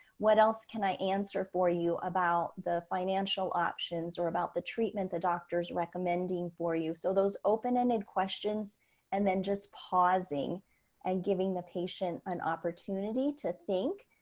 what else can i answer for you about the financial options or about the treatment the doctor's recommending for you? so those open-ended questions and then just pausing and giving the patient an opportunity to think.